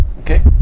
Okay